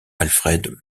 alfred